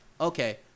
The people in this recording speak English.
okay